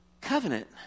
Covenant